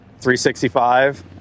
365